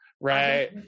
right